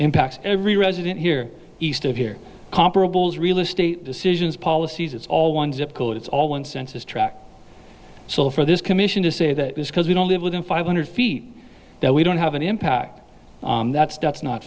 impacts every resident here east of here comparables real estate decisions policies it's all one zip code it's all one census track so for this commission to say that is because we don't live within five hundred feet that we don't have an impact that's not fair that's not